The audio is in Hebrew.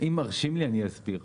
אם מרשים לי, אני אסביר.